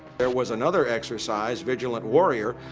there was another exercise, vigilant warrior,